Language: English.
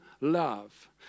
Love